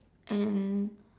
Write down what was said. and